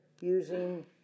using